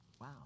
Wow